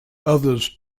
others